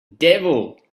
devil